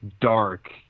dark